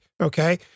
Okay